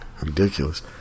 ridiculous